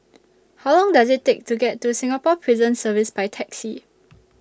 How Long Does IT Take to get to Singapore Prison Service By Taxi